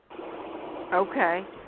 Okay